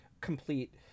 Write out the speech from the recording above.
complete